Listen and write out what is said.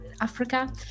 africa